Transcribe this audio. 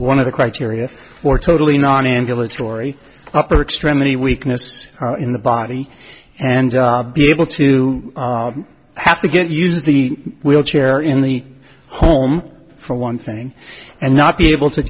one of the criteria for totally non ambulatory upper extremity weakness in the body and be able to have to get use the wheelchair in the home for one thing and not be able to